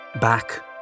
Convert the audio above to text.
Back